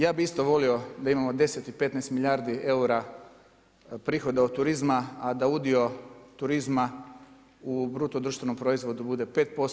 Ja bi isto volio da imamo 10 i 15 milijardi eura prihoda od turizma, a da udio turizma u BDP bude 5%